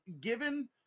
given